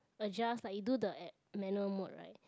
adjust like you do the eh manual mode right